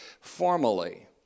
Formally